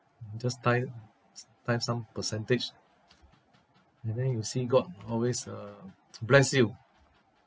just tithe s~ tithe some percentage and then you see god always uh bless you